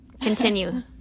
Continue